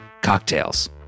cocktails